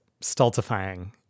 stultifying